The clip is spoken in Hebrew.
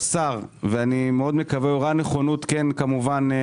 השר הראה נכונות להחריג את זה, כמובן,